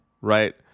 right